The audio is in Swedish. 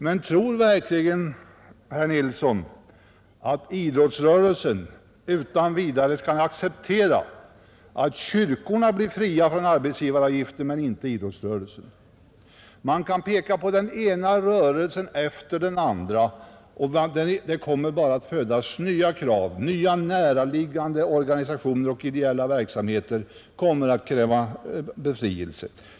Men tror verkligen herr Nilsson att idrottsrörelsen utan vidare skulle acceptera att kyrkorna blev befriade från arbetsgivaravgiften men inte idrottsrörelsen? Man kan peka på den ena rörelsen efter den andra; nya näraliggande organisationer med ideell verksamhet kommer att kräva befrielse.